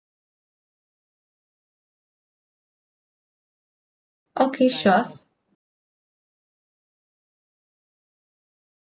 okay sure